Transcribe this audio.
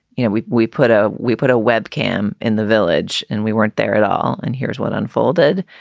you know, we we put a we put a webcam in the village and we weren't there at all. and here's what unfolded.